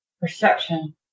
perception